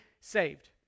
saved